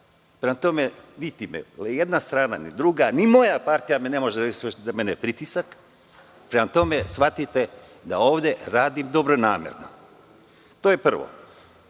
prema tome niti me ni jedna strana, ni druga, ni moja partija ne može izvršiti na mene pritisak. Prema tome, shvatite da ovde radim dobronamerno, to je prvo. Što